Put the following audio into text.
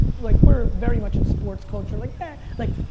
like we're very much in sports culture, like yeah, like